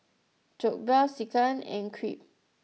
Jokbal Sekihan and Crepe